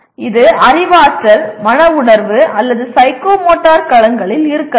இது அறிவாற்றல் மன உணர்வு அல்லது சைக்கோமோட்டர் களங்களில் இருக்கலாம்